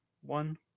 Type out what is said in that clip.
one